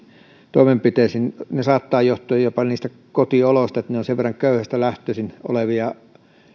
toimenpiteisiin liittyen ne saattavat johtua jopa kotioloista eli he ovat sen verran köyhistä oloista lähtöisin olevia